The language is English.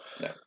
No